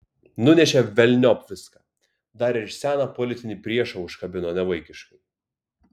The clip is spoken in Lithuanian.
nunešė velniop viską dar ir seną politinį priešą užkabino nevaikiškai